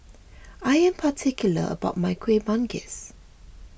I am particular about my Kueh Manggis